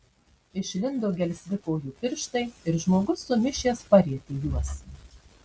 išlindo gelsvi kojų pirštai ir žmogus sumišęs parietė juos